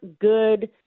good